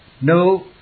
No